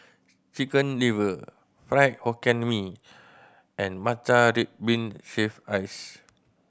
Chicken Liver Fried Hokkien Mee and matcha red bean shaved ice